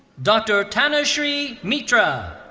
dr. tanushree mitra.